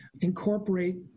incorporate